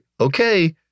okay